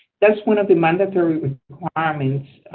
that's one of the mandatory requirements